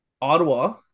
Ottawa